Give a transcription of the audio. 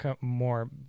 more